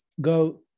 go